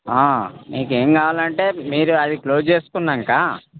మీకు ఏం కావాలంటే మీరు అది క్లోజ్ చేసుకున్నాంకా